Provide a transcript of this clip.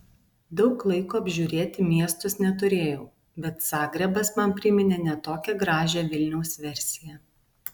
daug laiko apžiūrėti miestus neturėjau bet zagrebas man priminė ne tokią gražią vilniaus versiją